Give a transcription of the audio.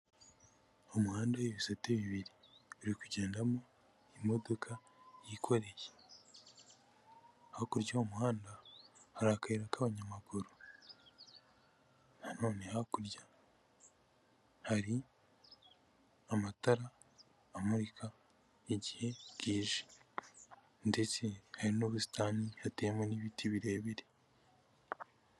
Umuhanda w'ibisate bibiri, uri kugendamo imodoka yikoreye, hakurya y'umuhanda hari akayira k'abanyamaguru, hakurya hari amatara amurika igihe bwije ndetse hari n'ubusitani hateyemo n'ibiti birebire.